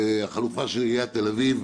החלופה של עיריית תל אביב,